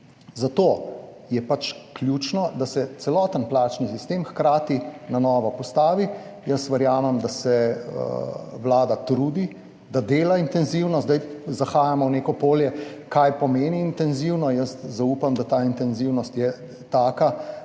Zato je pač ključno, da se celoten plačni sistem hkrati na novo postavi. Jaz verjamem, da se vlada trudi, da dela intenzivno. Zdaj zahajamo v neko polje, kaj pomeni intenzivno. Jaz zaupam, da ta intenzivnost je taka,